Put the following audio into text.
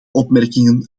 opmerkingen